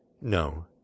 No